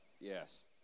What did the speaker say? Yes